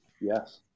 Yes